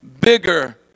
bigger